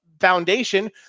foundation